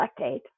lactate